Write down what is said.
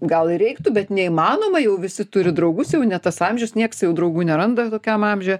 gal ir reiktų bet neįmanoma jau visi turi draugus jau ne tas amžius nieks jau draugų neranda tokiam amžiuje